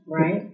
Right